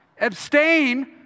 abstain